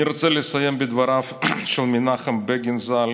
אני רוצה לסיים בדבריו של מנחם בגין ז"ל